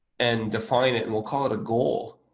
and define it. and we'll call it a goal,